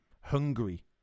hungry